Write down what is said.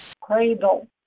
cradle